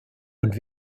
und